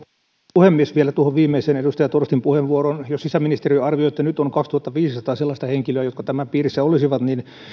puhemies vielä tuohon viimeiseen edustaja torstin puheenvuoroon jos sisäministeriö arvioi että nyt on kaksituhattaviisisataa sellaista henkilöä jotka tämän piirissä olisivat niin